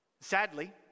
sadly